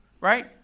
right